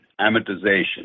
amortization